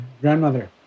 grandmother